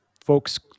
folks